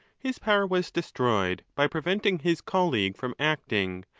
his power was destroyed by pre venting his colleague from acting,